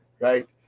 right